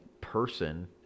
person